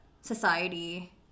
society